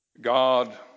God